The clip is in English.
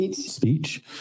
speech